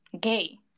gay